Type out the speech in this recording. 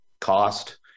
cost